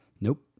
Nope